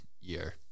year